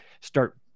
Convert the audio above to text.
start